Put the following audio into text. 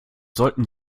sollten